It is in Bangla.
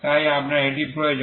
তাই আপনার এটি প্রয়োজন